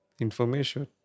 information